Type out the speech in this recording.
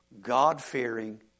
God-fearing